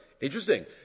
Interesting